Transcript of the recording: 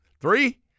Three